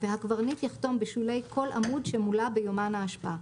והקברניט יחתום בשולי כל עמוד שמולא ביומן האשפה.